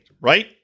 right